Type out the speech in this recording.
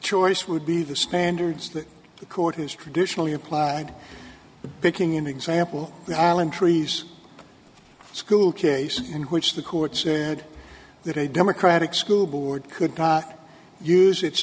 choice would be the standards that the court has traditionally applied picking an example allen trees school cases in which the court said that a democratic school board could not use its